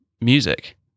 music